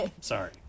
Sorry